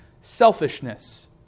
selfishness